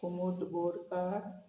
Komud Borkar